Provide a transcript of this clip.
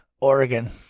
Oregon